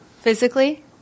Physically